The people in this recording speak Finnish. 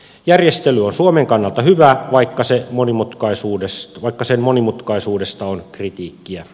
järjestely on suomen kannalta hyvä vaikka sen monimutkaisuudesta on kritiikkiä esitetty